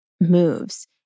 moves